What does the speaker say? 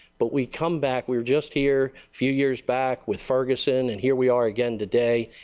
but we come back we are just here few years back with ferguson and here we are again today,